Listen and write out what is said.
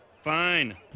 Fine